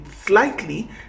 slightly